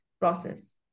process